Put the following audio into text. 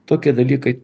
tokie dalykai